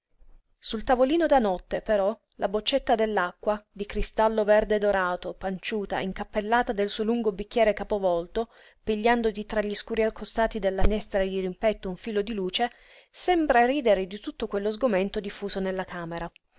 sul tavolino da notte però la boccetta dell'acqua di cristallo verde dorato panciuta incappellata del suo lungo bicchiere capovolto pigliando di tra gli scuri accostati della finestra dirimpetto un filo di luce sembra ridere di tutto quello sgomento diffuso nella camera